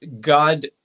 God